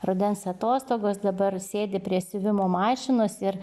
rudens atostogos dabar sėdi prie siuvimo mašinos ir